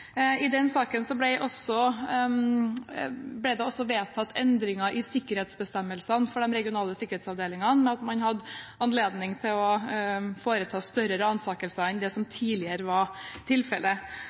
I den saken ble det også vedtatt endringer i sikkerhetsbestemmelsene for de regionale sikkerhetsavdelingene, ved at man hadde anledning til å foreta større ransakelser enn det som tidligere var tilfellet.